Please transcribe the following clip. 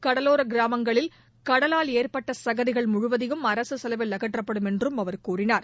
கடலோர கிராமங்களில் கடலால் ஏற்பட்ட சகதிகள் முழுவதையும் அரசு செலவில் அகற்றப்படும் என்றும் அவர் கூறினார்